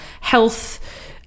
health